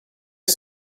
are